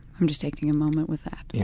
i'm just taking a moment with that. yeah